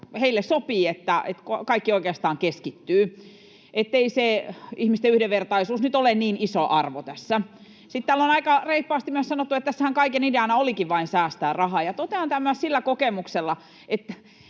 heille sopii, että kaikki oikeastaan keskittyy, ja ettei se ihmisten yhdenvertaisuus nyt ole niin iso arvo tässä. Sitten täällä on aika reippaasti myös sanottu, että tässähän kaiken ideana olikin vain säästää rahaa, ja totean tämän myös sillä kokemuksella,